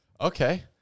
okay